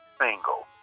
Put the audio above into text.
single